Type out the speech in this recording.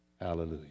Hallelujah